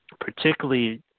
particularly